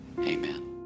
amen